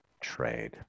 trade